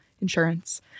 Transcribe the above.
insurance